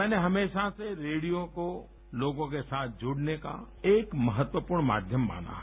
मैंने हमेशा से रेडियो को लोगों के साथ जुड़ने का एक महत्वपूर्ण माध्यम माना है